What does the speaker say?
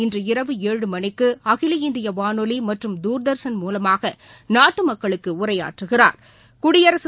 இன்று இரவு ஏழு மணிக்குஅகில இந்தியவானொலிமற்றும் தூா்தா்ஷன் மூலமாகநாட்டுமக்களுக்கு உரையாற்றுகிறாா்